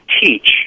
teach